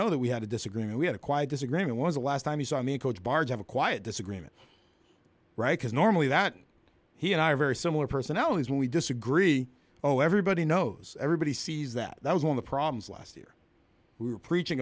know that we had a disagreement we had a quiet disagreement was the last time you saw me coach bard have a quiet disagreement right because normally that he and i are very similar personalities when we disagree oh everybody knows everybody sees that that was on the problems last year we were preaching